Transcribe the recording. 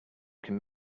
can